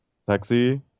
sexy